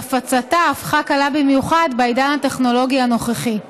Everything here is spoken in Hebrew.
שהפצתה הפכה קלה במיוחד בעידן הטכנולוגי הנוכחי,